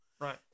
Right